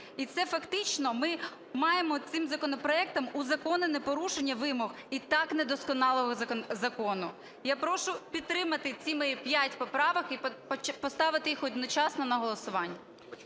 І фактично ми маємо цим законопроектом узаконене порушення вимог і так недосконалого закону. Я прошу підтримати ці мої п'ять поправок і поставити їх одночасно на голосування.